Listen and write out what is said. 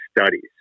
studies